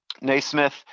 Naismith